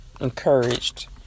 encouraged